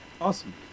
awesome